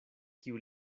kiu